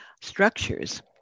structures